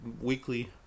weekly